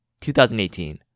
2018